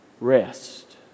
rest